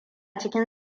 cikin